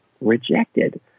rejected